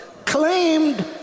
Claimed